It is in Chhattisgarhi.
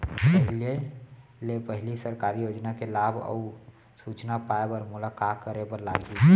पहिले ले पहिली सरकारी योजना के लाभ अऊ सूचना पाए बर मोला का करे बर लागही?